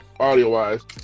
Audio-wise